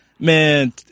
Man